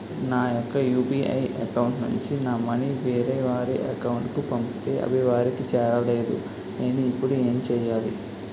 నా యెక్క UPI account నుంచి నా మనీ వేరే వారి అకౌంట్ కు పంపితే అవి వారికి చేరలేదు నేను ఇప్పుడు ఎమ్ చేయాలి?